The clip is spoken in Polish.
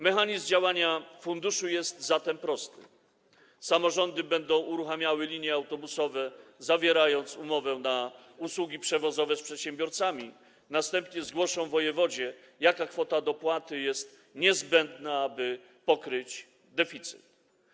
Mechanizm działania funduszu jest zatem prosty: samorządy będą uruchamiały linie autobusowe, zawierając umowę na usługi przewozowe z przedsiębiorcami, następnie zgłoszą wojewodzie, jaka kwota dopłaty jest niezbędna, aby pokryć deficyt.